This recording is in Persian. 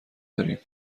داریم